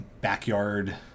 backyard